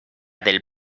del